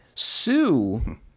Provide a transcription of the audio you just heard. Sue